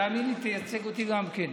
תאמין לי, תייצג אותי גם כן.